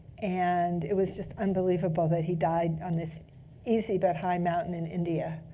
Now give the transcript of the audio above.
and it was just unbelievable that he died on this easy but high mountain in india.